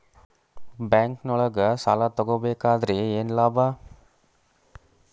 ಬ್ಯಾಂಕ್ನೊಳಗ್ ಸಾಲ ತಗೊಬೇಕಾದ್ರೆ ಏನ್ ಲಾಭ?